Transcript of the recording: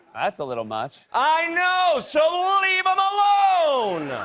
that's a little much. i know! so leave him alone!